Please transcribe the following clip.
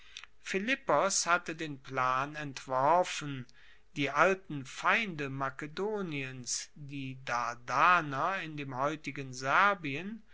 philippos hatte den plan entworfen die alten feinde makedoniens die dardaner in dem heutigen serbien